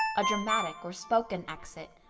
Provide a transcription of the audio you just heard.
a dramatic or spoken exit,